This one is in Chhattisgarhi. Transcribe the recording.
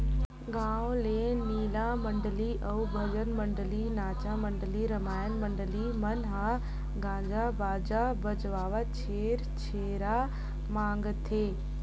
गाँव के लीला मंडली अउ भजन मंडली, नाचा मंडली, रमायन मंडली मन ह गाजा बाजा बजावत छेरछेरा मागथे